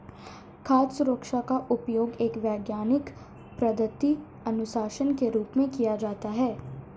खाद्य सुरक्षा का उपयोग एक वैज्ञानिक पद्धति अनुशासन के रूप में किया जाता है